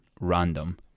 random